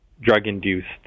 drug-induced